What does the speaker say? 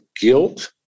guilt